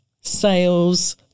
sales